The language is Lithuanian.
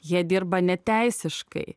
jie dirba neteisiškai